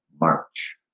March